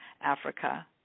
Africa